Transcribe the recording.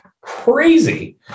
crazy